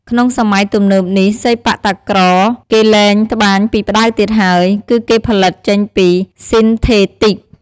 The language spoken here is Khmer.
ក្នុងសម័យទំនើបនេះសីប៉ាក់តាក្រគេលែងត្បាញពីផ្ដៅទៀតហើយ គឺគេផលិតចេញពី ស៊ីនថេទីក ។